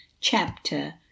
chapter